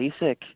basic